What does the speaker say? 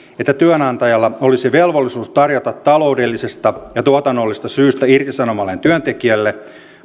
että työnantajalla olisi velvollisuus tarjota taloudellisesta ja tuotannollisesta syystä irtisanomalleen työntekijälle